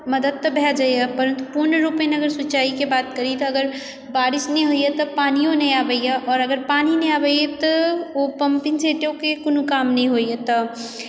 मदद तऽ भए जाइए पर पुर्ण रुपेन अगर सिचाईके बात करी तऽ अगर बारिश नहि होइए तऽ पनियो नहि आबैए आओर अगर पानी नहि आबैए तऽ ओ पम्पिंगसेटोके कोनो काम नहि होइए तब